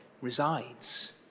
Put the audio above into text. resides